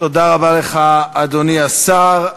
תודה רבה לך, אדוני השר.